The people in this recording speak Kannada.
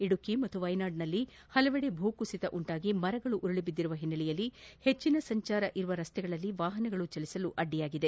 ಇದುಕಿ ಮತ್ತು ವೈನಾಡ್ನಲ್ಲಿ ಹಲವೆಡೆ ಭೂಕುಸಿತ ಉಂಟಾಗಿ ಮರಗಳು ಉರುಳಿ ಬಿದ್ದಿರುವ ಹಿನ್ನೆಲೆಯಲ್ಲಿ ಹೆಚ್ಚಿನ ಸಂಚಾರವಿರುವ ರಸ್ತೆಗಳಲ್ಲಿ ವಾಹನಗಳು ಚಲಿಸಲು ಅಡ್ಡಿಯಾಗಿದೆ